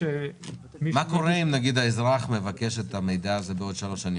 מה אם האזרח יבקש את המידע הזה בעוד שלוש שנים?